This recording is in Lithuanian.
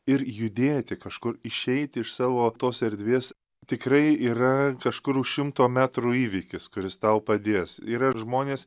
ir judėti kažkur išeiti iš savo tos erdvės tikrai yra kažkur už šimto metrų įvykis kuris tau padės yra žmonės